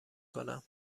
کنم